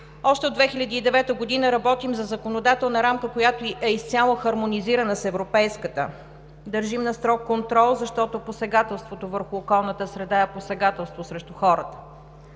Още от 2009 г. работим за законодателна рамка, която е изцяло хармонизирана с европейската. Държим на строг контрол, защото посегателството върху околната среда е посегателство срещу хората.